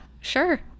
sure